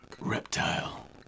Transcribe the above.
Reptile